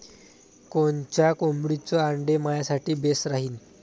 कोनच्या कोंबडीचं आंडे मायासाठी बेस राहीन?